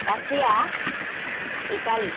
Russia Italy